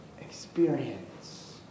experience